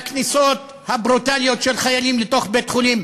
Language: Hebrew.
הכניסות הברוטליות של חיילים לתוך בית-חולים,